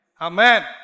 Amen